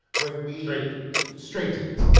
when we. straight dudes straight dudes.